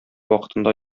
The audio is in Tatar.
вакытында